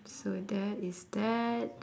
so that is that